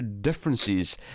differences